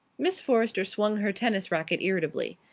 miss forrester swung her tennis racket irritably.